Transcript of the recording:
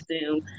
Zoom